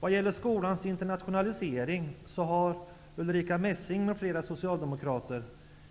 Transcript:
När det gäller skolans internationalisering har Ulrica Messing m.fl. socialdemokrater